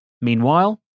Meanwhile